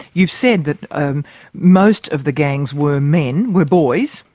you've said that um most of the gangs were men, were boys.